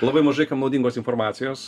labai mažai kam naudingos informacijos